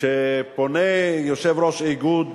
כשפונה יושב-ראש איגוד